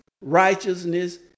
righteousness